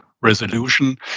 resolution